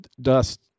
dust